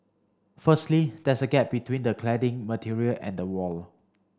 firstly there's a gap between the cladding material and the wall